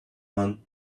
one